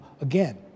Again